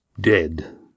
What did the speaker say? dead